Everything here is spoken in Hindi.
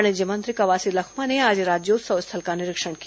वाणिज्य मंत्री कवासी लखमा ने आज राज्योत्सव स्थल का निरीक्षण किया